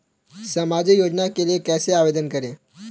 सामाजिक योजना के लिए कैसे आवेदन करें?